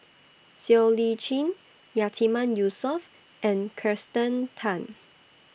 Siow Lee Chin Yatiman Yusof and Kirsten Tan